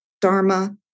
dharma